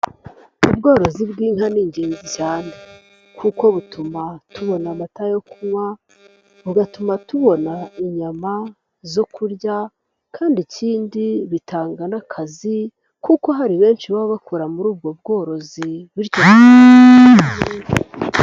Ubworozi bw'inka ni ingenzi cyane kuko butuma tubona amata yo kunywa bugatuma tubona inyama zo kurya kandi ikindi bitanga n'akazi kuko hari benshi baba bakora muri ubwo bworozi.